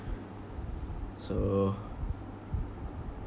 so